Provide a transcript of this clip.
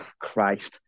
Christ